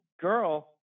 girl